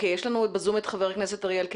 יש לנו בזום את חבר הכנסת אריאל קלנר,